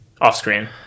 off-screen